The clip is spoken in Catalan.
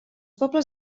pobles